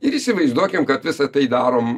ir įsivaizduokim kad visa tai darom